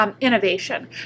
innovation